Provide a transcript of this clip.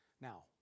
Now